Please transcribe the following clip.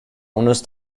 unos